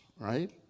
right